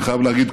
אני חייב להגיד,